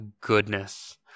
goodness